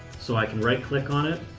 so i can right click on it,